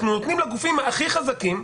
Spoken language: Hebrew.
אנחנו נותנים לגופים הכי חזקים,